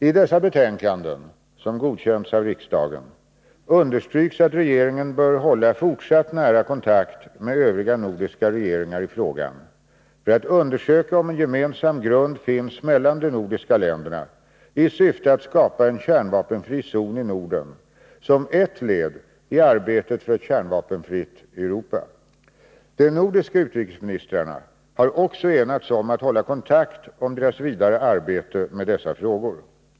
I dessa betänkanden, som godkänts av riksdagen, understryks att regeringen bör hålla fortsatt nära kontakt med övriga nordiska regeringar i frågan, för att undersöka om en gemensam grund finns mellan de nordiska länderna i syfte att skapa en kärnvapenfri zon i Norden som ett led i arbetet för ett kärnvapenfritt Europa. De nordiska utrikesmi nistrarna har också enats om att hålla kontakt om deras vidare arbete med dessa frågor.